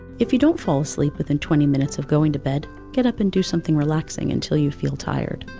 if you don't fall asleep within twenty minutes of going to bed, get up and do something relaxing until you feel tired.